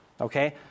Okay